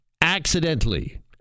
accidentally